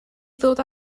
ddod